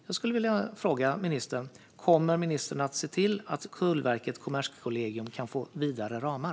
Jag skulle därför vilja fråga ministern om hon kommer att se till att Tullverket och Kommerskollegium får vidare ramar.